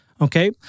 Okay